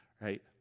right